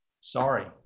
Sorry